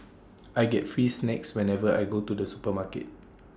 I get free snacks whenever I go to the supermarket